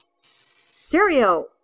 STEREO